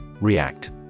React